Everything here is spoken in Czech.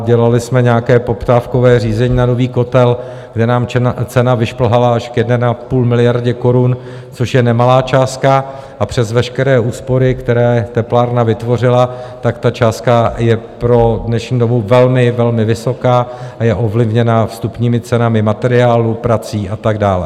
Dělali jsme nějaké poptávkové řízení na nový kotel, kde nám cena vyšplhala až k 1,5 miliardy korun, což je nemalá částka, a přes veškeré úspory, které teplárna vytvořila, ta částka je pro dnešní dobu velmi, velmi vysoká a je ovlivněna vstupními cenami materiálu, prací a tak dále.